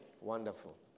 Wonderful